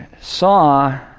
saw